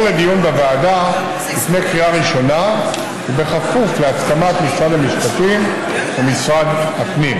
לדיון בוועדה לפני קריאה ראשונה ובכפוף להסכמת משרד המשפטים ומשרד הפנים.